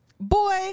Boy